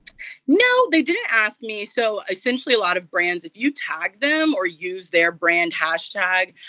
no, they didn't ask me. so essentially, a lot of brands if you tag them or use their brand hashtag,